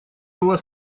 была